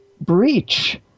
breach